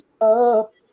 up